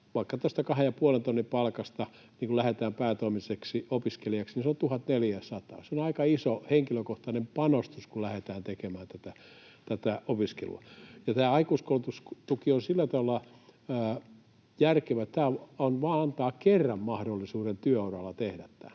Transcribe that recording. vaikka 2 500 euron palkasta lähdetään päätoimiseksi opiskelijaksi, niin se on 1 400 euroa. Se on aika iso henkilökohtainen panostus, kun lähdetään tekemään tätä opiskelua. Tämä aikuiskoulutustuki on sillä tavalla järkevä, että tämä antaa vaan kerran mahdollisuuden työ-uralla tehdä tämän.